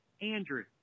Andrew